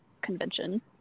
convention